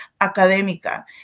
académica